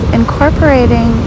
incorporating